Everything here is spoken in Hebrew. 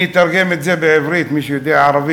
אני אתרגם את זה לעברית, למי שלא יודע ערבית.